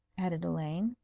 added elaine.